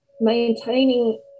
maintaining